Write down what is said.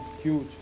huge